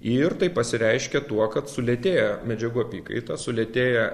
ir tai pasireiškia tuo kad sulėtėja medžiagų apykaita sulėtėja